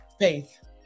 Faith